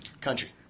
Country